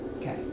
Okay